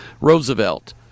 Roosevelt